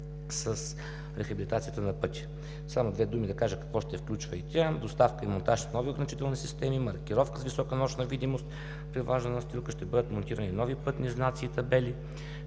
с рехабилитацията на пътя. Само две думи да кажа какво ще включва и тя: доставка и монтаж на нови ограничителни системи, маркировка с висока нощна видимост при влажна настилка, ще бъдат монтирани и нови пътни знаци и табели.